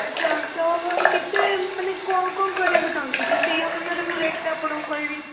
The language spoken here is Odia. ଆଚ୍ଛା ତ କେତେ ମାନେ କ'ଣ କ'ଣ କରିବାକୁ ଚାଁହୁଛିନ୍ତି ସେଇ ଅନୁସାରେ ମୁଁ ରେଟ୍ଟା ଆପଣଙ୍କୁ କହିବି